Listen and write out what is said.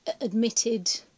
admitted